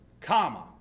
comma